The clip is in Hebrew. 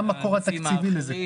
קושניר, מה המקור התקציבי לזה?